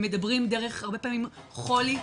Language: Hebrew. הם מדברים דרך הרבה פעמים חולי,